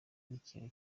ikintu